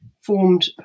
formed